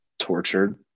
tortured